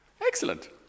Excellent